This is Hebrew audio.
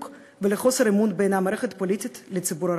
ולחוסר אמון בין המערכת הפוליטית לציבור הרחב.